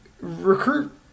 recruit